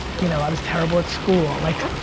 you know, i was terrible at school. like,